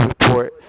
Report